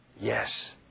yes